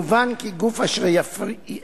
מובן כי גוף אשר יפריז